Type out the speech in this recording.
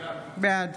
בעד